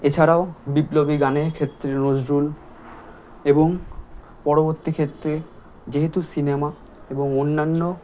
এছাড়াও বিপ্লবী গানের ক্ষেত্রে নজরুল এবং পরবর্তী ক্ষেত্রে যেহেতু সিনেমা এবং অন্যান্য